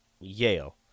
Yale